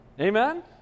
Amen